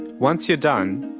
once you're done,